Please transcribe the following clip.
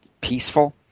peaceful